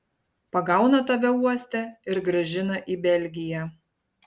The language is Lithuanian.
pagauna tave uoste ir grąžina į belgiją